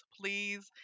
please